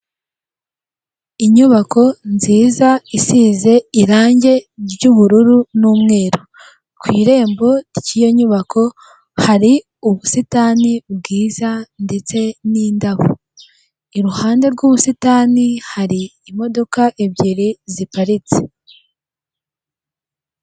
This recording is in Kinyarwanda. Inyubako nziza isize irange ry'ubururu n'umweru, ku irembo ry'iyo nyubako hari ubusitani bwiza ndetse n'indabo, iruhande rw'ubusitani hari imodoka ebyiri ziparitse.